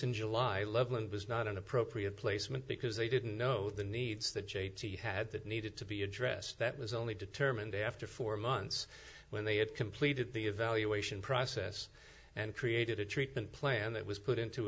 in july loveland was not an appropriate placement because they didn't know the needs that j t had that needed to be addressed that was only determined after four months when they had completed the evaluation process and created a treatment plan that was put into